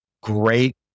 great